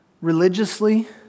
religiously